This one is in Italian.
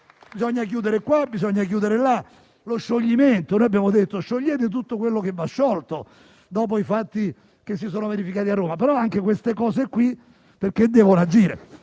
Bisogna chiudere qua, bisogna chiudere là. Lo scioglimento: abbiamo detto di sciogliere tutto quello che va sciolto dopo i fatti che si sono verificati a Roma. Però anche queste cose qui perché devono avvenire?